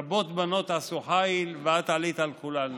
רבות בנות עשו חיל ואת עלית על כולנה.